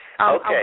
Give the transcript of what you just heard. Okay